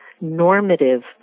normative